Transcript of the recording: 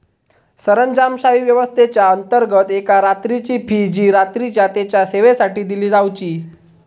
सरंजामशाही व्यवस्थेच्याअंतर्गत एका रात्रीची फी जी रात्रीच्या तेच्या सेवेसाठी दिली जावची